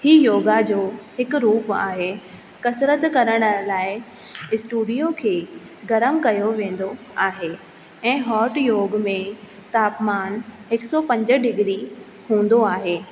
हीअ योगा जो हिकु रूप आहे कसरत करण लाइ स्टूडियो खे गर्म कयो वेंदो आहे ऐं होट योग में तपमान हिकु सौ पंज डिग्री हूंदो आहे